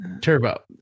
turbo